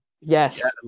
Yes